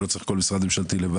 ולא יהיה צריך כל משרד ממשלתי בנפרד,